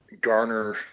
garner